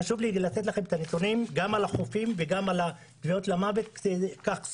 חשוב לי לתת לכם את הנתונים גם על החופים וגם על הטביעות למוות כדי